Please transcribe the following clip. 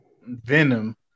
venom